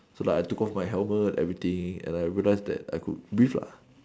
so like I took of my helmet everything and then I realised that I could breathe lah